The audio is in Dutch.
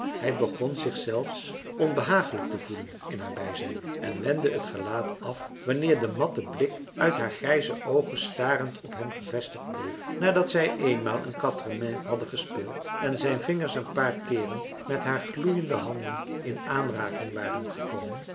hij begon zich zelfs onbehagelijk te voelen in haar bijzijn en wendde het gelaat af wanneer de matte blik uit haar grijze oogen starend op hem gevestigd bleef nadat zij eenmaal een quatre-mains hadden gespeeld en zijn vingers een paar keeren met haar gloeiende handen in aanraking waren gekomen